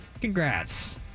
Congrats